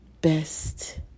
best